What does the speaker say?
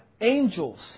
angels